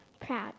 proud